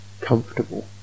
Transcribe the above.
comfortable